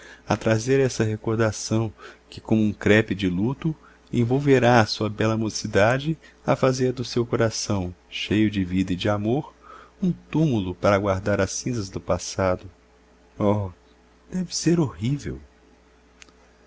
a trazer essa recordação que como um crepe de luto envolverá a sua bela mocidade a fazer do seu coração cheio de vida e de amor um túmulo para guardar as cinzas do passado oh deve ser horrível